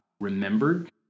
remembered